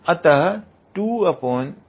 अतः 23 𝐼1